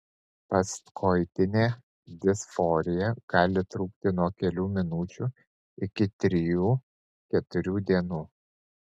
postkoitinė disforija gali trukti nuo kelių minučių iki trijų keturių dienų